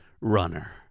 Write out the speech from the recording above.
runner